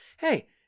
Hey